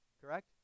Correct